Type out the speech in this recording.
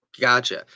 Gotcha